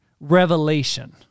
revelation